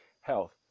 health